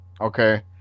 Okay